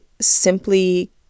simply